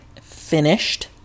finished